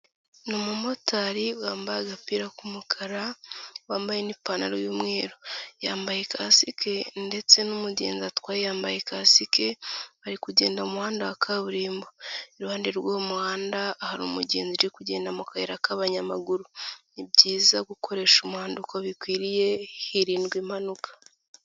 Ni umumotari wambaye agapira k'umukara wambaye n'ipantaro y'umweru, yambaye ikasike ndetse n'umugenzi atwaye yambaye kasike, ari kugenda mu muhanda wa kaburimbo iruhande rw'uwo muhanda hari umugenzi uri kugenda mu kayira k'abanyamaguru, ni byiza gukoresha umuhanda uko bikwiriye hirindwa impanuka.